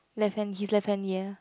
left hand his left hand ya